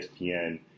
ESPN